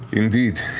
indeed,